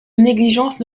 négligence